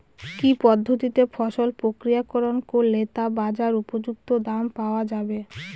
কি পদ্ধতিতে ফসল প্রক্রিয়াকরণ করলে তা বাজার উপযুক্ত দাম পাওয়া যাবে?